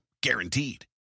guaranteed